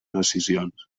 decisions